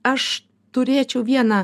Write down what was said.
aš turėčiau vieną